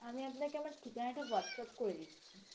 আমি আপনাকে আমার ঠিকানাটা হোয়াটসঅ্যাপ করে দিচ্ছি